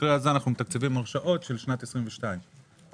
במקרה הזה אנחנו מתקצבים הרשאות של שנת 2022. שאלות.